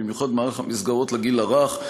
במיוחד מערך המסגרות לגיל הרך,